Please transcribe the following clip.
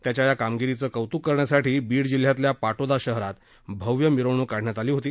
त्याच्या या कामगिरीचं कौतूक करण्यासाठी बीड जिल्ह्यातल्या पाटोदा शहरात भव्य मिरवणूक काढली होती